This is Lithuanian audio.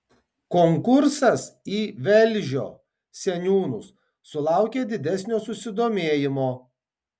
konkursas į velžio seniūnus sulaukė didesnio susidomėjimo